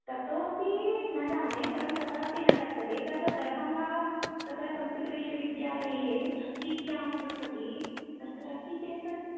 ततोऽपि न जाने परं तत्रापि न लप्स्यते तत् दर्भङ्गा तत्र संस्कृतविश्वविद्यालये अस्तीति अहं श्रुतवती तत्र अस्ति चेत्